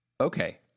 Okay